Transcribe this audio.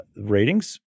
ratings